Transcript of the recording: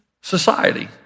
society